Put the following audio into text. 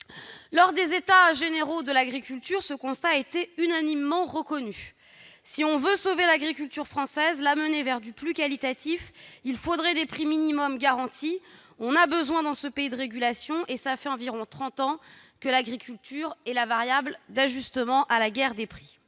Lors des États généraux de l'agriculture, ce constat a été unanimement reconnu : si l'on veut sauver l'agriculture française, l'amener vers plus de qualitatif, il faut des prix minimaux garantis. On a besoin dans ce pays de régulation, et cela fait environ trente ans que l'agriculture est la variable d'ajustement à la guerre des prix.